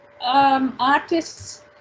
artists